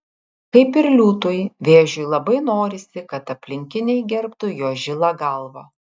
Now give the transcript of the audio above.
kaip ir liūtui vėžiui labai norisi kad aplinkiniai gerbtų jo žilą galvą